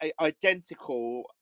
identical